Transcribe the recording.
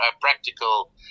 practical